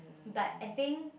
but I think